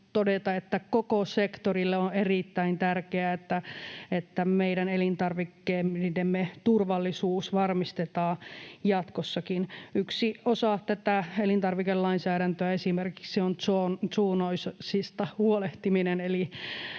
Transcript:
että koko sektorille on erittäin tärkeää, että meidän elintarvikkeidemme turvallisuus varmistetaan jatkossakin. Yksi osa tätä elintarvikelainsäädäntöä on esimerkiksi zoonoosista huolehtiminen,